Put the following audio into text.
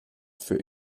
für